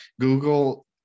google